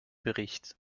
bericht